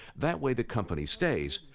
that way the company stays,